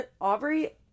Aubrey